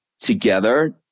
together